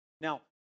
Now